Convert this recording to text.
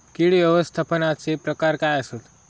कीड व्यवस्थापनाचे प्रकार काय आसत?